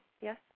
yes